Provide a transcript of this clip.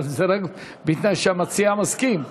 אבל זה רק בתנאי שהמציע מסכים.